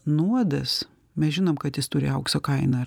nuodas mes žinom kad jis turi aukso kainą